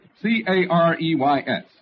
C-A-R-E-Y-S